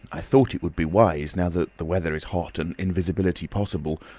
i thought it would be wise, now the the weather is hot and invisibility possible,